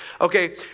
okay